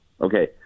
Okay